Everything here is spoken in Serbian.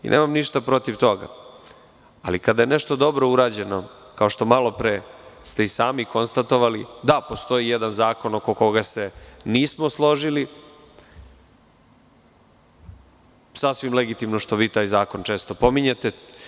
Nemam ništa protiv toga, ali kada je nešto dobro urađeno, kao što ste i malopre sami konstatovali, da postoji jedan zakon oko koga se nismo složili, sasvim legitimno je što vi taj zakon često spominjete.